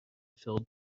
filled